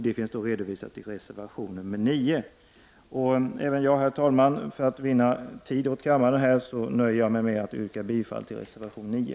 Det har vi redovisat i reservation 9. För att vinna tid åt kammaren nöjer jag mig med att yrka bifall till reservation 9.